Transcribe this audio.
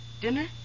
dinner